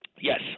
Yes